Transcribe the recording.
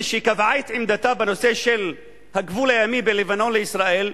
כשקבעה את עמדתה בנושא של הגבול הימי בין לבנון לישראל,